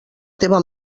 teva